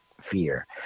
fear